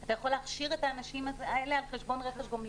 אתה יכול להכשיר את האנשים האלה על חשבון רכש גומלין.